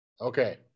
okay